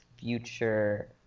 future